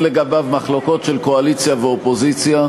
לגביו מחלוקות של קואליציה ואופוזיציה,